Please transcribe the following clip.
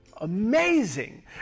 amazing